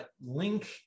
link